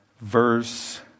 verse